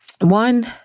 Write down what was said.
one